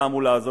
על ההמולה הזו,